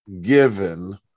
given